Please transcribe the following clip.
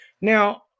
Now